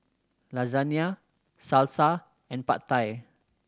Lasagna Salsa and Pad Thai